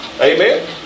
Amen